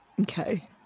Okay